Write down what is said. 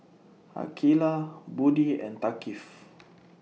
Aqilah Budi and Thaqif